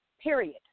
Period